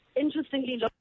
interestingly